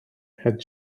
had